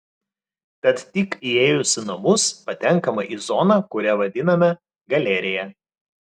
tad tik įėjus į namus patenkama į zoną kurią vadiname galerija